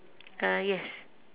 uh yes